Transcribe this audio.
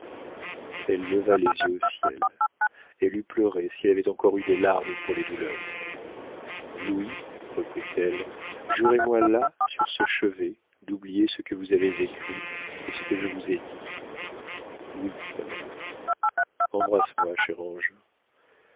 elle leva les yeux au ciel elle eût pleuré si elle avait encore eu des larmes pour les douleurs louis reprit-elle jurez-moi là sur ce chevet d'oublier ce que vous avez écrit et ce que je vous ai dit oui ma mère embrasse-moi